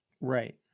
Right